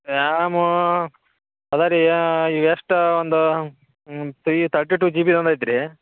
ಯ್ಯಾಮೋ ಅದ ರೀ ಎಷ್ಟು ಒಂದು ತ್ರೀ ತರ್ಟಿ ಟು ಜೀಬಿದು ಒಂದು ಐತಿ ರೀ